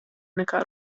nekā